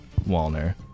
Walner